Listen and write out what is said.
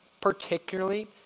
particularly